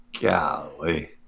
Golly